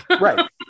Right